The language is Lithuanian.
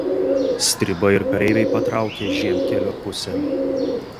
stribai ir kareiviai patraukė žiemkelio pusėn